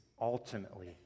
ultimately